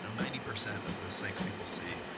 ninety percent of the snakes people see,